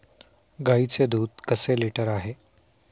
गाईचे दूध कसे लिटर आहे?